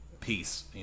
peace